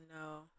no